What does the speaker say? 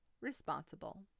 responsible